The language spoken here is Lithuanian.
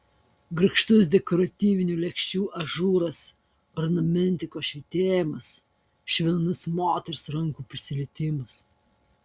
grakštus dekoratyvinių lėkščių ažūras ornamentikos švytėjimas švelnus moters rankų prisilietimas